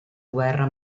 guerra